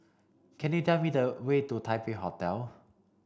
can you tell me the way to Taipei Hotel